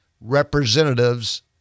representatives